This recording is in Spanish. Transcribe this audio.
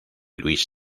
luis